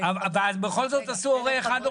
-- ובכל זאת עשו "הורה 1",